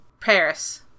Paris